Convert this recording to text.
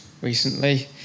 recently